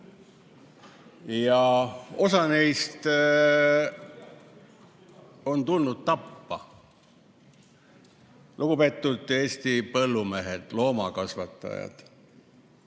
Ja osa neist on tulnud tappa. Lugupeetud Eesti põllumehed, loomakasvatajad!